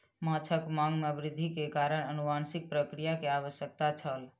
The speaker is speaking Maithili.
माँछक मांग में वृद्धि के कारण अनुवांशिक प्रक्रिया के आवश्यकता छल